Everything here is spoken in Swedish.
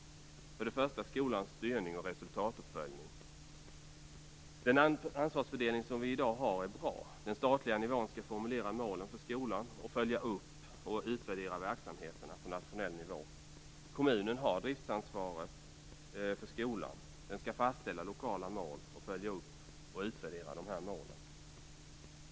För det första gäller det skolans styrning och resultatuppföljning. Den ansvarsfördelning som vi i dag har är bra. Den statliga nivån skall formulera målen för skolan och följa upp och utvärdera verksamheterna på nationell nivå. Kommunen har driftsansvaret för skolan. Den skall fastställa lokala mål och följa upp och utvärdera dessa mål.